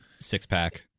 Six-pack